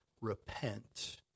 repent